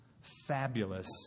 fabulous